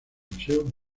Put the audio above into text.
museo